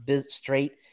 straight